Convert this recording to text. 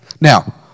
Now